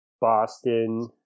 Boston